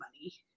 money